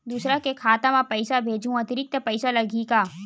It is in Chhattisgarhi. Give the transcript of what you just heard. दूसरा के खाता म पईसा भेजहूँ अतिरिक्त पईसा लगही का?